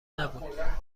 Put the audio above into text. نبود